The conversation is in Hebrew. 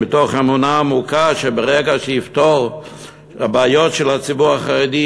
מתוך אמונה עמוקה שברגע שיפתור את הבעיות של הציבור החרדי,